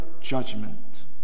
judgment